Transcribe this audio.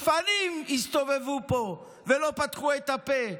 שפנים הסתובבו פה ולא פתחו את הפה,